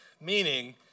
Meaning